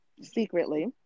secretly